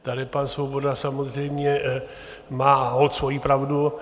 Tady pan Svoboda má samozřejmě holt svoji pravdu.